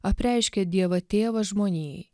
apreiškė dievą tėvą žmonijai